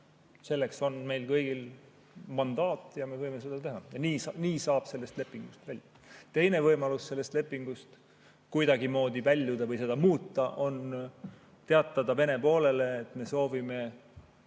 Selleks on meil kõigil mandaat ja me võime seda teha. Nii saab sellest lepingust välja. Teine võimalus sellest lepingust kuidagimoodi väljuda või seda muuta on teatada Vene poolele, et me soovime